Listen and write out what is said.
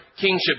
kingship